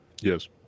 Yes